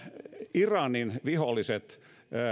iranin viholliset